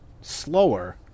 slower